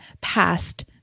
past